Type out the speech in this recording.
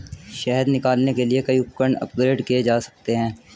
शहद निकालने के लिए कई उपकरण अपग्रेड किए जा सकते हैं